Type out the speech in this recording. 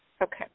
Okay